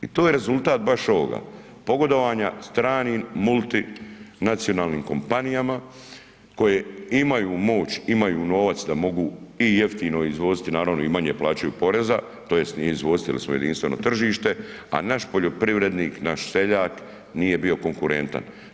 I to je rezultat baš ovoga, pogodovanja stranim multinacionalnim kompanijama koje imaju moć, imaju novac da mogu i jeftino izvoziti, naravno i manje plaćaju poreza tj. nije izvozit jer smo jedinstveno tržište, a naš poljoprivrednik naš seljak nije bio konkurentan.